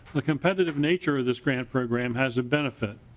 the competitive nature of this grant program has a benefit.